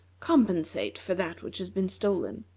compensate for that which has been stolen.